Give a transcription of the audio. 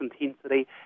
intensity